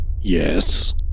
Yes